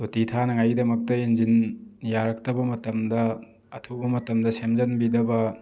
ꯇꯣꯇꯤ ꯊꯥꯅꯉꯥꯏꯒꯤꯗꯃꯛꯇ ꯏꯟꯖꯤꯟ ꯌꯥꯔꯛꯇꯕ ꯃꯇꯝꯗ ꯑꯊꯨꯕ ꯃꯇꯝꯗ ꯁꯦꯝꯖꯟꯕꯤꯗꯕ